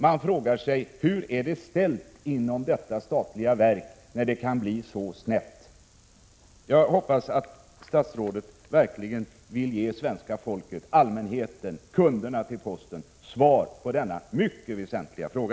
Man frågar sig: Hur är det ställt inom detta statliga verk, då det kan bli så snett? Jag hoppas att statsrådet verkligen vill ge svenska folket, allmänheten, postens kunder svar på denna mycket väsentliga fråga.